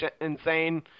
insane